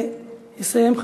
ויסיימו,